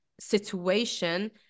situation